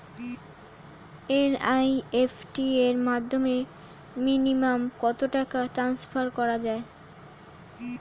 NEFT র মাধ্যমে minimum কত টাকা টান্সফার করা যায়?